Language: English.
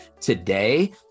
today